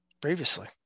previously